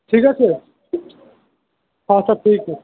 ঠিক আছে আচ্ছা ঠিক